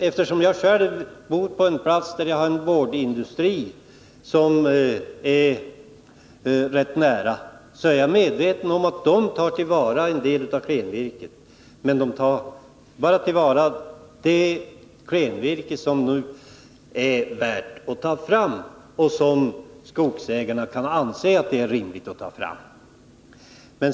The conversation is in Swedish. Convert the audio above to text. Eftersom jag själv bor rätt nära en boardindustri är jag medveten om att man tar vara på en del av klenvirket, men man tar endast vara på det klenvirke som skogsägarna anser det rimligt att ta fram.